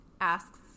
asks